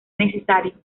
necesario